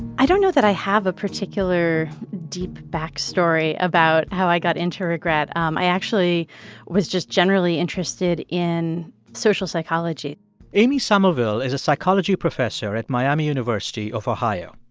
i don't know that i have a particular deep backstory about how i got into regret. um i actually was just generally interested in social psychology amy summerville is a psychology professor at miami university of ohio.